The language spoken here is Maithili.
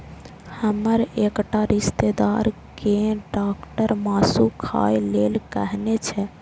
हमर एकटा रिश्तेदार कें डॉक्टर मासु खाय लेल कहने छै